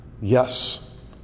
yes